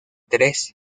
tres